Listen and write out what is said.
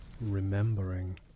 Remembering